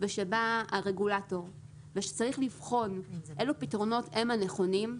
וכשבא הרגולטור וצריך לבחון איזה פתרונות הם הנכונים,